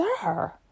sir